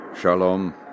Shalom